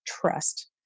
trust